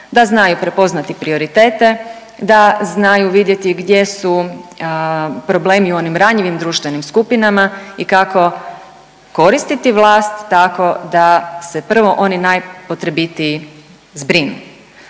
da znaju prepoznati prioritete, da znaju vidjeti gdje su problemi u onim ranjivim društvenim skupinama i kako koristiti vlast, tako da se prvo oni najpotrebitiji zbrinu